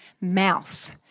mouth